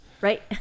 Right